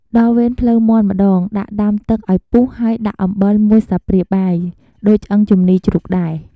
ដល់វេនភ្លៅមាន់ម្តង ដាក់ដាំទឹកឱ្យពុះហើយដាក់អំបិលមួយស្លាបព្រាបាយដូចឆ្អឹងជំនីជ្រូកដែរ។